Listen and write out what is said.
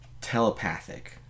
telepathic